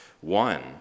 One